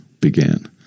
began